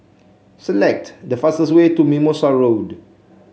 select the fastest way to Mimosa Road